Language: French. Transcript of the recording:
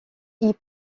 ils